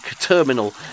terminal